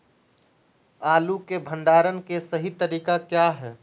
आलू के भंडारण के सही तरीका क्या है?